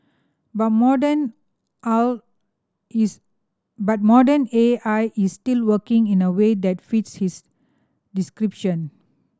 but modern is but modern A I is still working in a way that fits his description